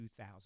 2000